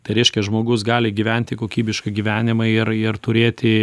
tai reiškia žmogus gali gyventi kokybišką gyvenimą ir ir turėti